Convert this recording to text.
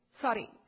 sorry